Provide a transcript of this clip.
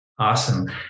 Awesome